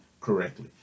correctly